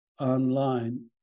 online